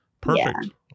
Perfect